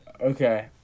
Okay